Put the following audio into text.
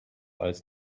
als